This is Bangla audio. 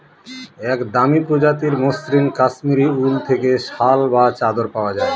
এক দামি প্রজাতির মসৃন কাশ্মীরি উল থেকে শাল বা চাদর পাওয়া যায়